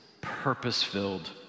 purpose-filled